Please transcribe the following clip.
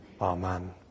Amen